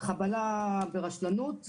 חבלה ברשלנות וחבלה,